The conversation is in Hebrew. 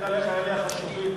תדע לך, אלה החשובים.